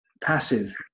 passive